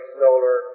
solar